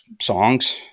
songs